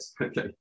okay